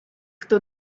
хто